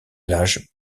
l’âge